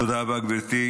תודה רבה, גברתי.